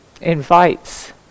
invites